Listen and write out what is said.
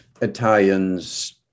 Italians